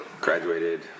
graduated